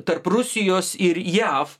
tarp rusijos ir jav